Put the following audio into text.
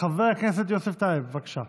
חבר הכנסת יוסף טייב, בבקשה.